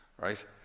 Right